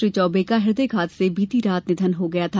श्री चौबे का हृदय घात से बीती रात निधन हो गया था